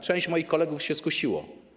Część moich kolegów się skusiła.